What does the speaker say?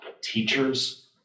teachers